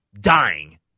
dying